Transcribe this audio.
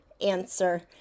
answer